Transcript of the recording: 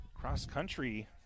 cross-country